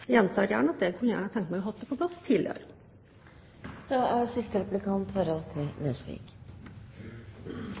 gjentar at jeg kunne gjerne ha tenkt meg å få det på plass